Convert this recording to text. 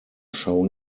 shown